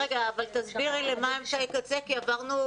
אבל תסבירי למה אמצעי קצה כי עברנו